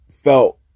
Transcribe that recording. felt